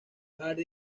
hardy